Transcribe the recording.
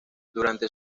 durante